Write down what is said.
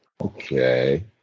Okay